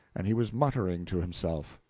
and he was muttering to himself.